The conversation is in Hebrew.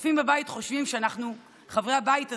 הצופים בבית חושבים שאנחנו, חברי הבית הזה,